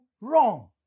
wrong